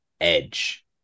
edge